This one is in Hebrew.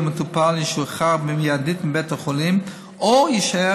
המטופל ישוחרר מיידית מבית החולים או יישאר